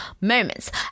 moments